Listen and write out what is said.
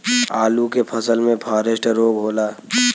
आलू के फसल मे फारेस्ट रोग होला?